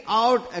out